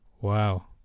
Wow